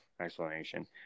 explanation